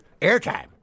airtime